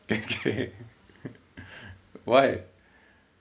okay why